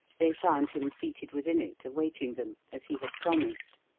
they found him seated within it awaiting them, as he had promised.